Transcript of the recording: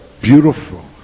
beautiful